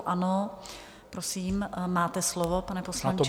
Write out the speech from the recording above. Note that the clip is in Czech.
Ano, prosím, máte slovo, pane poslanče.